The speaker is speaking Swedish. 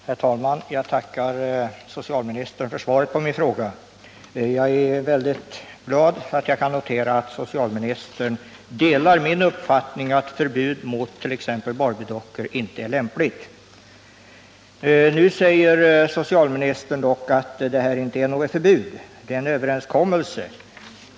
Herr talman! Jag tackar socialministern för svaret på min fråga. Jag är mycket glad över att kunna notera att socialministern delar min uppfattning att förbud mot t.ex. Barbie-dockor inte är lämpligt. Nu säger socialministern dock att det inte är fråga om något förbud utan om en överenskommelse.